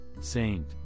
saint